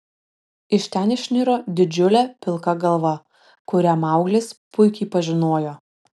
iš ten išniro didžiulė pilka galva kurią mauglis puikiai pažinojo